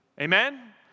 Amen